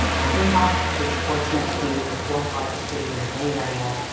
fremont is fortunate to be the fourth largest city in the bay area,